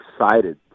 excited